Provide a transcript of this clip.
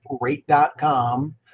rate.com